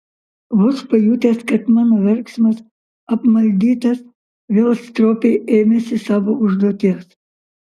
vos pajutęs kad mano verksmas apmaldytas vėl stropiai ėmėsi savo užduoties